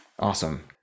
Awesome